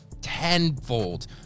tenfold